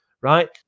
right